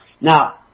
Now